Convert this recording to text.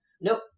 Nope